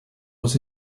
was